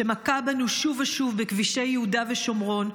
שמכה בנו שוב ושוב בכבישי יהודה ושומרון.